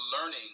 learning